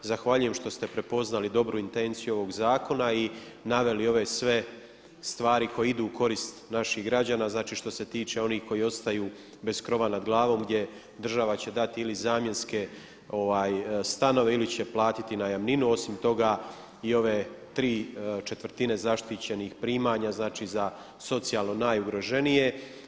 Zahvaljujem što ste prepoznali dobru intenciju ovog zakona i naveli ove sve stvari koje idu u korist naših građana znači što se tiče onih koji ostaju bez krova nad glavom gdje država će dati ili zamjenske stanove ili će platiti najamninu, osim toga i ove tri četvrtine zaštićenih primanja, znači za socijalno najugroženije.